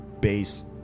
base